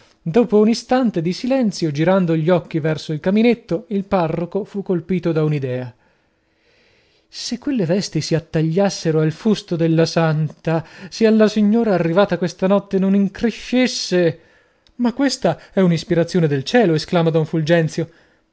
dopo un istante di silenzio girando gli occhi verso il caminetto il parroco fu colpito da una idea se quelle vesti si attagliassero al fusto della santa se alla signora arrivata questa notte non increscesse ma questa è una ispirazione del cielo esclama don fulgenzio